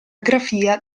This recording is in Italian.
grafia